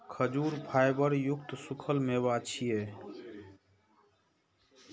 खजूर फाइबर युक्त सूखल मेवा छियै